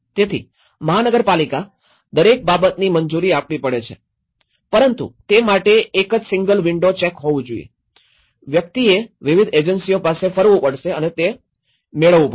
તેથી મહાનગર પાલિકા દરેક બાબતની મંજૂરી આપવી પડે છે પરંતુ તે માટે એક જ સિંગલ વિંડો ચેક થવું જોઈએ વ્યક્તિએ વિવિધ એજન્સીઓ પાસે ફરવું પડશે અને તે મેળવવું પડશે